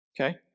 Okay